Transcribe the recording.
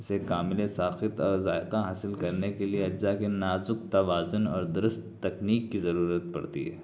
اسے کامل ساقط اور ذائقہ حاصل کرنے کے لیے اجزاء کے نازک توازن اور درست تکنیک کی ضرورت پڑتی ہے